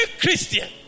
Christian